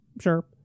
Sure